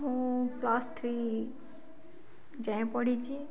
ମୁଁ plus three ଯାଏଁ ପଢ଼ିଛି